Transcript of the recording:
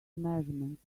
measurements